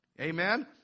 Amen